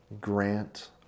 grant